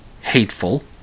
hateful